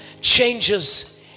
changes